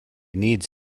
needs